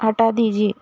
ہٹا دیجیے